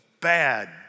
bad